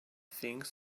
things